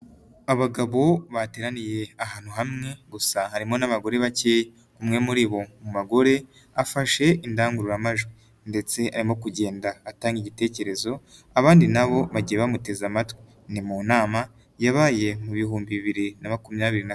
Abagabo bateraniye ahantu hamwe gusa harimo n'abagore bake. Umwe muri abo bagore afashe indangururamajwi ndetse arimo kugenda atanga igitekerezo, abandi nabo bagiye bamuteze amatwi. Ni mu nama yabaye mu bihumbi bibiri na makumyabiri na...